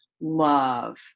love